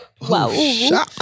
Wow